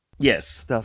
Yes